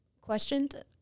questioned